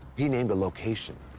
he named a location,